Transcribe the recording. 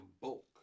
bulk